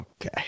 Okay